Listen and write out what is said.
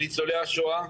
ניצולי השואה.